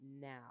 now